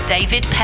David